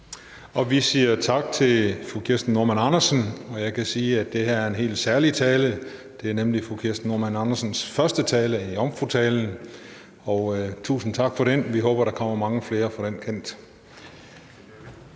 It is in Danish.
Vi siger tak til fru Kirsten Normann Andersen, og jeg kan sige, at det her er en helt særlig tale. Det er nemlig fru Kirsten Normann Andersens første tale, jomfrutalen, og tusind tak for den. Vi håber, der kommer mange flere fra den kant.